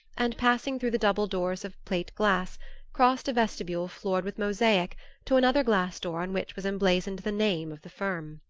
and passing through the double doors of plate-glass, crossed a vestibule floored with mosaic to another glass door on which was emblazoned the name of the firm.